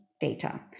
data